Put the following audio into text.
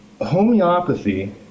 homeopathy